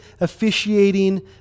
officiating